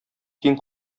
киң